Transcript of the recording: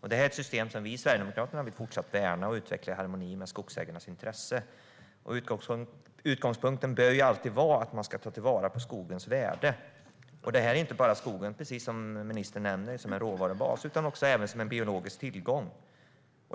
Det är ett system som vi i Sverigedemokraterna fortsatt vill värna och utveckla i harmoni med skogsägarnas intressen. Utgångspunkten bör alltid vara att man ska ta till vara på skogens värde. Precis som ministern nämner handlar detta inte bara om skogen som en råvarubas utan även som en biologisk tillgång.